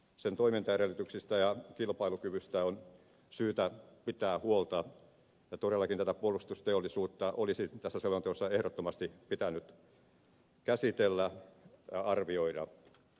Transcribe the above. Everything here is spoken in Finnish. sen toimintaedellytyksistä ja kilpailukyvystä on syytä pitää huolta ja todellakin tätä puolustusteollisuutta olisi tässä selonteossa ehdottomasti pitänyt käsitellä ja arvioida